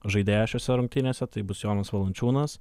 žaidėją šiose rungtynėse tai bus jonas valančiūnas